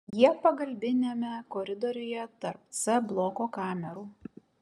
jie pagalbiniame koridoriuje tarp c bloko kamerų